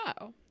Wow